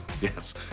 Yes